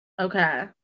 Okay